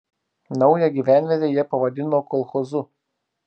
naują gyvenvietę jie pavadino kolchozu